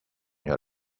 your